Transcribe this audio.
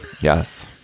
Yes